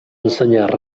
ensenyar